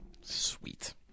Sweet